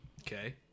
Okay